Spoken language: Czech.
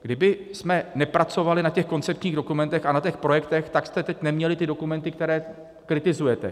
Kdybychom nepracovali na těch koncepčních dokumentech a na těch projektech, tak jste teď neměli ty dokumenty, které kritizujete.